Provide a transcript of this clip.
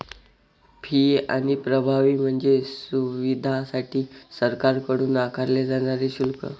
fee आणि प्रभावी म्हणजे सुविधांसाठी सरकारकडून आकारले जाणारे शुल्क